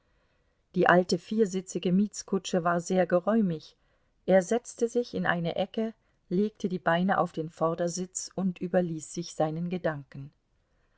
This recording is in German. die alte viersitzige mietskutsche war sehr geräumig er setzte sich in eine ecke legte die beine auf den vordersitz und überließ sich seinen gedanken